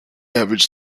average